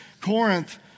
Corinth